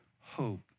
hope